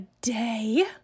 day